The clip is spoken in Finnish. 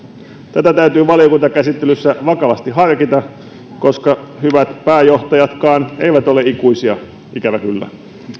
tätä täytyy valiokuntakäsittelyssä vakavasti harkita koska hyvät pääjohtajatkaan eivät ole ikuisia ikävä kyllä